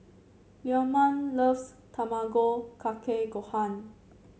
Leamon loves Tamago Kake Gohan